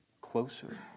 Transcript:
closer